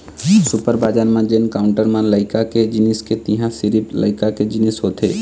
super बजार म जेन काउंटर म लइका के जिनिस हे तिंहा सिरिफ लइका के जिनिस होथे